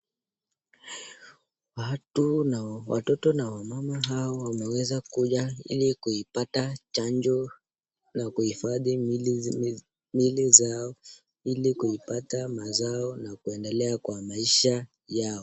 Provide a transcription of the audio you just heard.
Watu na watoto na wamama hao wameweza kuja ili kuipata chanjo na kuhifadhi miili zao ili kuipata mazao na kuendelea kwa maisha yao.